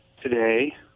today